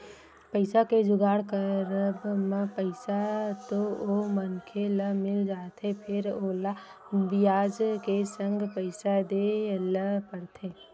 पइसा के जुगाड़ करब म पइसा तो ओ मनखे ल मिल जाथे फेर ओला बियाज के संग पइसा देय ल परथे